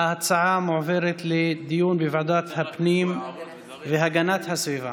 ההצעה מועברת לדיון בוועדת הפנים והגנת הסביבה.